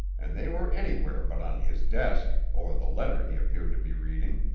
and they were anywhere but on his desk or the letter he appeared to be reading.